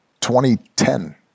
2010